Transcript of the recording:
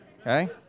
Okay